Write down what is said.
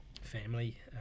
family